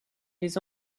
les